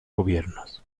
gobiernos